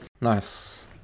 Nice